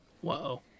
Whoa